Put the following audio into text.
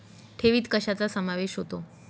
ठेवीत कशाचा समावेश होतो?